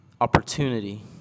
opportunity